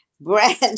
brand